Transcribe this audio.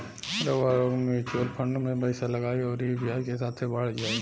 रउआ लोग mutual fund मे पइसा लगाई अउरी ई ब्याज के साथे बढ़त जाई